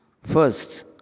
First